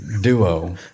duo